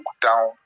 down